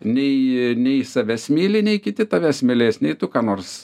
nei nei savęs myli nei kiti tavęs mylės nei tu ką nors